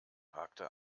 hakte